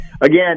again